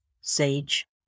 sage